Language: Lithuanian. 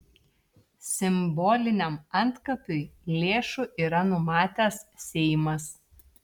simboliniam antkapiui lėšų yra numatęs seimas